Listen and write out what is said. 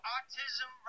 Autism